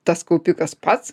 tas kaupikas pats